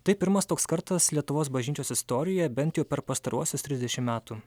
tai pirmas toks kartas lietuvos bažnyčios istorijoje bent jau per pastaruosius trisdešim metų